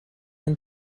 een